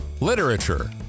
literature